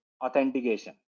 authentication